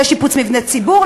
לשיפוץ מבני ציבור,